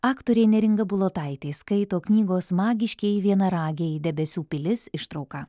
aktorė neringa bulotaitė skaito knygos magiškieji vienaragiai debesų pilis ištrauką